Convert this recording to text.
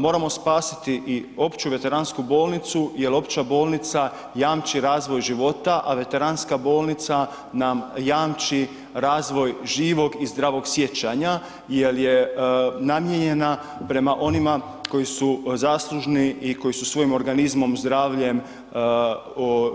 Moramo spasiti i Opću veteransku bolnicu jer opća bolnica jamči razvoj života a veteranska bolnica nam jamči razvoj živog i zdravog sjećanja jer je namijenjena prema onima koji su zaslužni i koji su svojim organizmom, zdravljem